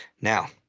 Now